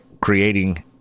creating